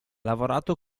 lavorato